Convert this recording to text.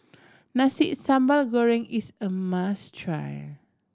Nasi Sambal Goreng is a must try